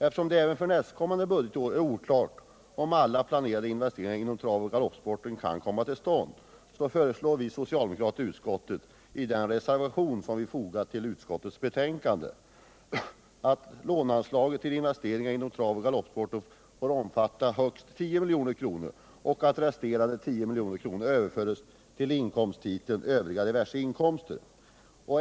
Eftersom det även för nästkommande budgetår är oklart om alla planerade investeringar inom travoch galoppsporten kan komma till stånd föreslår vi socialdemokrater i utskottet i den reservation som vi fogat till utskottets betänkande att låneanslaget till investeringar inom travoch galoppsporten får omfatta högst 10 milj.kr. och att resterande 10 miljoner överförs till inkomsttiteln Övriga diverse anslag.